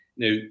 Now